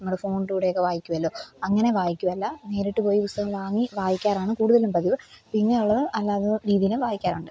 നമ്മുടെ ഫോണിലൂടെയൊക്കെ വായിക്കുമല്ലോ അങ്ങനെ വായിക്കുകയല്ല നേരിട്ട് പോയി പുസ്തകം വാങ്ങി വായിക്കാറാണ് കൂടുതലും പതിവ് പിന്നെ ഉള്ളത് അല്ലാത രീതിയിലും വായിക്കാറുണ്ട്